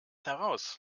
heraus